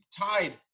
tied